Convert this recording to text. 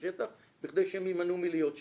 הדבר הזה קצת מטשטש את הקווים בין חיית בר